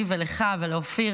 לי ולך ולאופיר